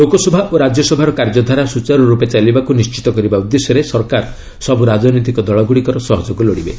ଲୋକସଭା ଓ ରାଜ୍ୟସଭାର କାର୍ଯ୍ୟଧାରା ସୁଚାରୁରୂପେ ଚାଲିବାକୁ ନିଶ୍ଚିତ କରିବା ଉଦ୍ଦେଶ୍ୟରେ ସରକାର ସବୁ ରାଜିନତିକ ଦଳଗୁଡ଼ିକର ସହଯୋଗ ଲୋଡ଼ିବେ